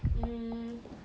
mm